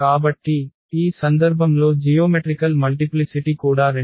కాబట్టి ఈ సందర్భంలో జియోమెట్రికల్ మల్టిప్లిసిటి కూడా 2